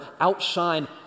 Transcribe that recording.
outshine